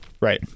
right